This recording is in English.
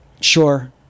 Sure